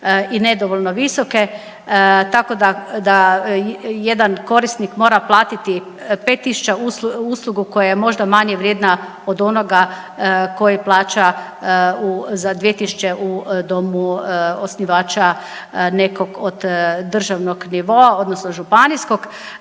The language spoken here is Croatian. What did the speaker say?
i nedovoljno visoke tako da jedan korisnik mora platiti 5.000 uslugu koja je možda manje vrijedna od onoga koji plaća u, za 2.000 u domu osnivača nekog od državnog nivoa odnosno županijskog